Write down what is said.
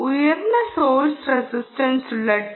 ഉയർന്ന സോഴ്സ് റെസിസ്റ്റൻസുള്ള ടി